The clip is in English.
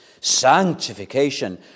sanctification